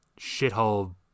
shithole